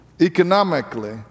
economically